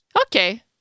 Okay